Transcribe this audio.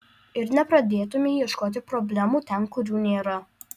ir nepradėtumei ieškoti problemų ten kur jų nėra